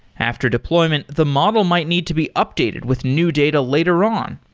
after deployment, the model might need to be updated with new data later on.